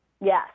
Yes